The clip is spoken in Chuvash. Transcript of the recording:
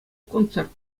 концерт